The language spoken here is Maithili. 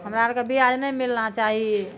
हमरा आरके बियाज नहि मिलना चाही